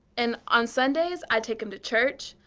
and on sundays, i take him to church.